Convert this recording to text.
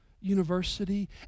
University